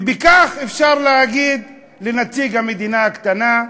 וכך אפשר להגיד לנציג המדינה הקטנה,